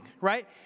right